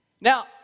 now